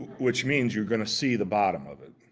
which means you're going to see the bottom of it.